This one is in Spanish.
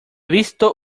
visto